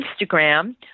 Instagram